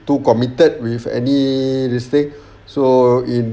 too committed with any this thing so in